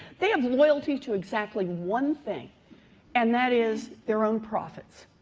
they have loyalty to exactly one thing and that is their own profits,